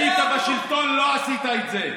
היית בשלטון ולא עשית את זה,